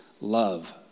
Love